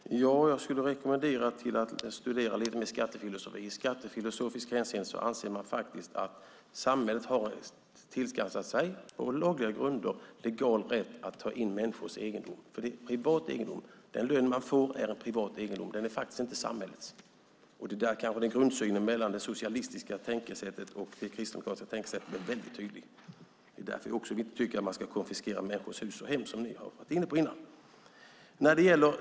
Fru talman! Jag skulle rekommendera att studera lite mer skattefilosofi. I skattefilosofiskt hänseende anser man att samhället har tillskansat sig legal rätt att ta in människors egendom. Det är privat egendom. Den lön man får är privat egendom. Den är faktiskt inte samhällets. Där är skillnaden i grundsynen i det socialistiska tänkesättet och det kristdemokratiska tänkesättet tydlig. Det är därför vi inte heller tycker att man ska konfiskera människors hus och hem, som ni har varit inne på tidigare.